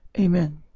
amen